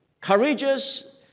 courageous